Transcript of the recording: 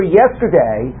yesterday